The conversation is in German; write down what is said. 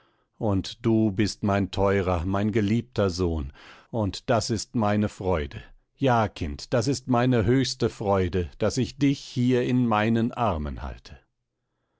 und du bist mein teurer mein geliebter sohn und das ist meine freude ja kind das ist meine höchste freude daß ich dich hier in meinen armen halte